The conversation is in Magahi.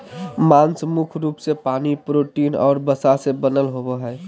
मांस मुख्य रूप से पानी, प्रोटीन और वसा से बनल होबो हइ